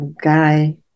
guy